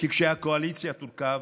כי כשהקואליציה תורכב,